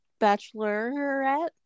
Bachelorette